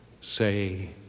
say